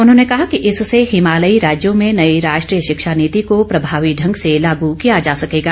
उन्होंने कहा कि इससे हिमालयी राज्यों में नई राष्ट्रीय शिक्षा नीति को प्रभावित ढंग से लागू किया जा सकेगा